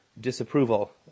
disapproval